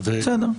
בסדר.